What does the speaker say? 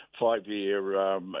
five-year